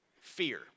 Fear